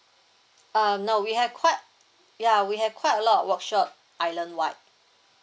uh no we have quite ya we have quite a lot workshop islandwide